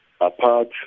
apart